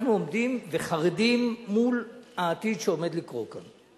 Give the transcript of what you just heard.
אנחנו עומדים וחרדים מול העתיד שעומד לקרות כאן.